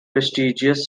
prestigious